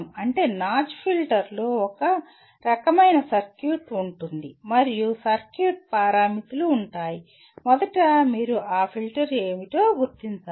అంటే నాచ్ ఫిల్టర్లో ఒక రకమైన సర్క్యూట్ ఉంటుంది మరియు సర్క్యూట్ పారామితులు ఉంటాయి మొదట మీరు ఆ ఫిల్టర్ ఏమిటో గుర్తించాలి